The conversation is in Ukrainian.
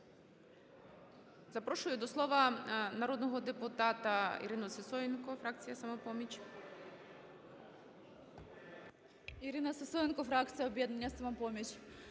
Запрошую до слова народного депутата Ірину Сисоєнко, фракція "Самопоміч".